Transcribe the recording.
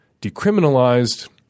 decriminalized